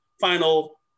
final